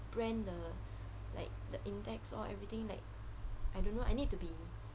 brand the like the index all everything like I don't know I need to be